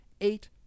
Eight